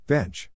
Bench